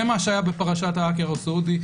זה מה שהיה בפרשת ההאקר הסעודי.